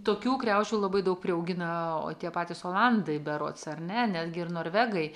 tokių kriaušių labai daug priaugina oj tie patys olandai berods ar ne netgi ir norvegai